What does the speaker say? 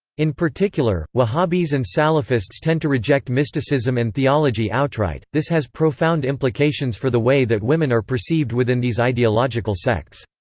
in particular, wahhabis and salafists tend to reject mysticism and theology outright this has profound implications for the way that women are perceived within these ideological sects.